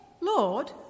Lord